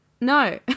no